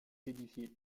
édifié